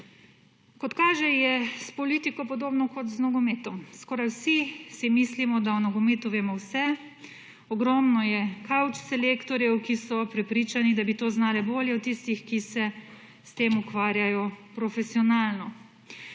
Kot kaže je s politiko podobno kot z nogometom. Skoraj vsi si mislimo, da o nogometu vemo vse, ogromno je kavč selektorjev, ki so prepričani, da bi to znale bolje od tistih, ki se s tem ukvarjajo profesionalno.